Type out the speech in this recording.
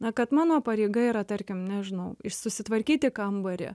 na kad mano pareiga yra tarkim nežinau iš susitvarkyti kambarį